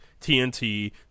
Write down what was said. TNT